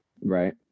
Right